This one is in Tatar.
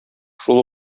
шул